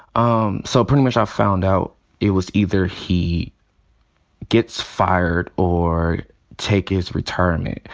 um so pretty much i found out it was either he gets fired or take his retirement.